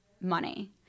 money